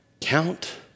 Count